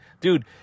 dude